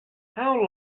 how